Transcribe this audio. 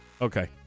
Okay